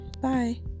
bye